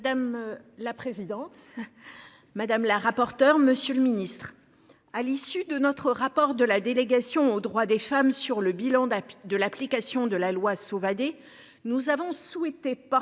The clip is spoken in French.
Madame la présidente. Madame la rapporteur Monsieur le Ministre. À l'issue de notre rapport de la délégation aux droits des femmes sur le bilan de l'application de la loi Sauvadet. Nous avons souhaité porter